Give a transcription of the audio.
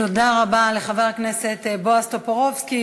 תודה רבה לחבר הכנסת בועז טופורובסקי.